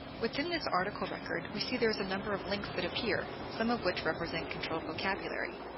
within this article record we see there's a number of links that appear some of which represent controlled vocabulary.